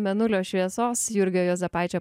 mėnulio šviesos jurgio juozapaičio